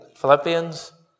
Philippians